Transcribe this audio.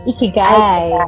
Ikigay